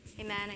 Amen